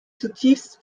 zutiefst